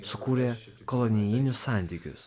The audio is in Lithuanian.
sukūrė kolonijinius santykius